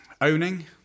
Owning